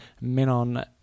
Menon